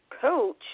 coach